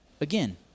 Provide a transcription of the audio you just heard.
again